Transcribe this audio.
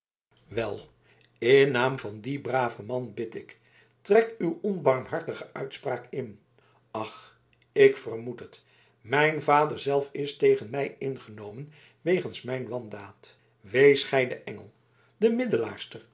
wel in naam van dien braven man bid ik trek uw onbarmhartige uitspraak in ach ik vermoed het mijn vader zelf is tegen mij ingenomen wegens mijn wandaad wees gij de engel de